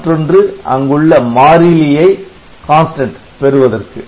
மற்றொன்று அங்குள்ள மாறிலியை பெறுவதற்கு